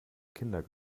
kinder